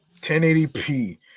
1080p